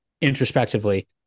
introspectively